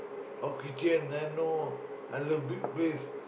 of kitchen I know I love big place